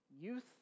youth